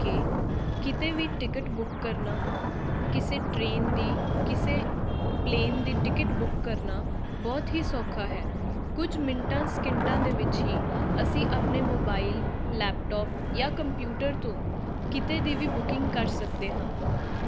ਜਿਵੇਂ ਕਿ ਕਿਤੇ ਵੀ ਟਿਕਟ ਬੁੱਕ ਕਰਨਾ ਕਿਸੇ ਟ੍ਰੇਨ ਦੀ ਕਿਸੇ ਪਲੇਨ ਦੀ ਟਿਕਟ ਬੁੱਕ ਕਰਨਾ ਬਹੁਤ ਹੀ ਸੌਖਾ ਹੈ ਕੁਝ ਮਿੰਟਾਂ ਸਕਿੰਟਾਂ ਦੇ ਵਿੱਚ ਹੀ ਅਸੀਂ ਆਪਣੇ ਮੋਬਾਈਲ ਲੈਪਟੋਪ ਜਾਂ ਕੰਪਿਊਟਰ ਤੋਂ ਕਿਤੇ ਦੀ ਵੀ ਬੁਕਿੰਗ ਕਰ ਸਕਦੇ ਹਾਂ